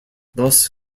thus